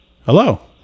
Hello